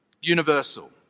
Universal